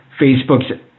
Facebook's